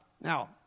Now